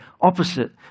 opposite